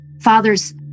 Fathers